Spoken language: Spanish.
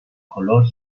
color